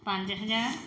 ਪੰਜ ਹਜ਼ਾਰ